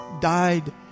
died